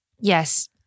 Yes